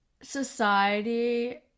society